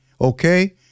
okay